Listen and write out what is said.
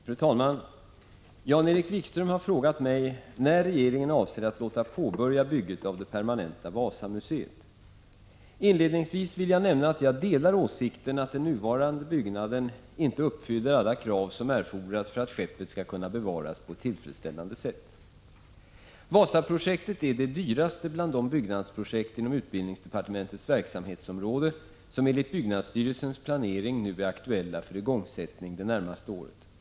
Fru talman! Jan-Erik Wikström har frågat mig när regeringen avser att låta påbörja bygget av det permanenta Wasamuseet. Inledningsvis vill jag nämna att jag delar åsikten att den nuvarande byggnaden inte uppfyller alla krav som erfordras för att skeppet skall kunna bevaras på ett tillfredsställande sätt. Wasaprojektet är det dyraste bland de byggnadsprojekt inom utbildningsdepartementets verksamhetsområde som enligt byggnadsstyrelsens plane ring nu är aktuella för igångsättning det närmaste året. Kostnaden för Prot.